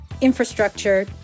infrastructure